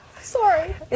Sorry